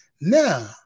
Now